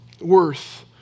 worth